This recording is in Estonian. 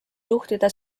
juhtida